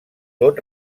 tot